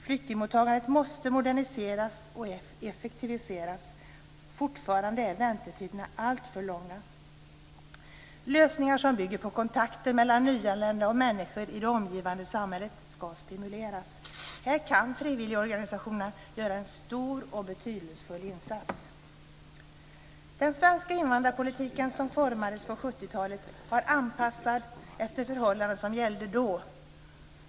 Flyktingmottagandet måste moderniseras och effektiviseras, fortfarande är väntetiderna alltför långa. Lösningar som bygger på kontakter mellan nyanlända och människor i det omgivande samhället ska stimuleras. Här kan frivilligorganisationer göra en stor och betydelsefull insats. 70-talet, var anpassad efter de förhållanden som gällde då.